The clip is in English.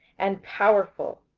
and powerful,